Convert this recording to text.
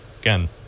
Again